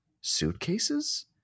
suitcases